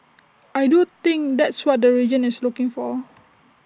I do think that's what the region is looking for